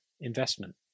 investment